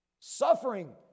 suffering